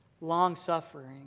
long-suffering